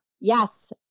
yes